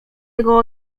jego